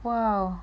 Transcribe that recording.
!wow!